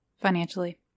financially